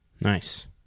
Nice